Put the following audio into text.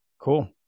cool